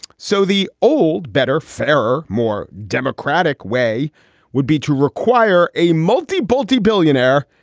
so the old, better, fairer, more democratic way would be to require a multi balti billionaire,